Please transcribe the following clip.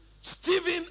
Stephen